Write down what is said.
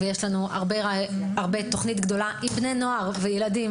יש לנו תוכנית גדולה עם בני נוער וילדים